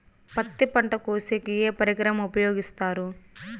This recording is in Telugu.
పత్తి పంట కోసేకి ఏ పరికరం ఉపయోగిస్తారు?